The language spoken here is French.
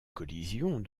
collisions